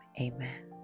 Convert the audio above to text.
amen